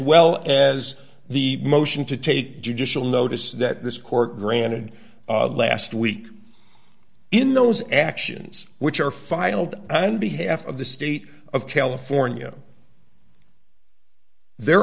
well as the motion to take judicial notice that this court granted last week in those actions which are filed on behalf of the state of california there